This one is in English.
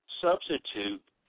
substitute